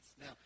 Now